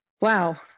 Wow